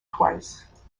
twice